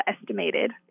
estimated